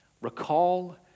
recall